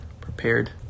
prepared